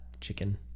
Chicken